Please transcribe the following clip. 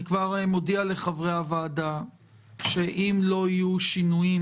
אני כבר מודיע לחברי הוועדה שאם לא יהיו שינויים